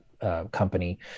company